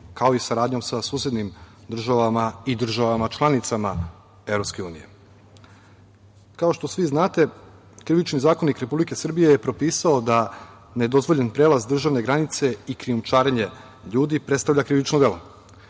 kao i saradnjom sa susednim državama i državama članicama Evropske unije. Kao što svi znate, Krivični zakonik Republike Srbije je propisao da nedozvoljen prelaz državne granice i krijumčarenje ljudi predstavlja krivično delo.